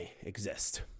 exist